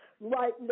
right